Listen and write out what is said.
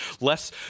Less